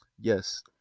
yes